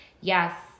yes